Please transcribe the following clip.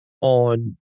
on